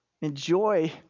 enjoy